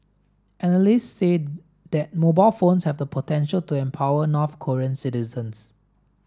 analysts say that mobile phones have the potential to empower North Korean citizens